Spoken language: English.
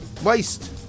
Waste